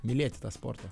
mylėti tą sportą